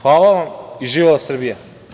Hvala vam i živela Srbija.